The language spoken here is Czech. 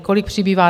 Kolik přibývá?